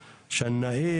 השנאים,